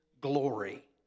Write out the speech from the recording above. glory